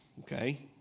okay